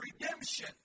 redemption